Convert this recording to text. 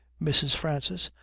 mrs. francis,